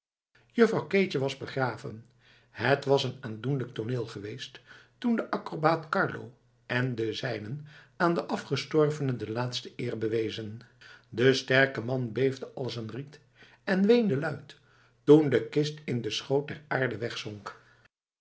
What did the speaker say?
juffrouw keetje was begraven het was een aandoenlijk tooneel geweest toen de acrobaat carlo en de zijnen aan de afgestorvene de laatste eer bewezen de sterke man beefde als een riet en weende luid toen de kist in den schoot der aarde wegzonk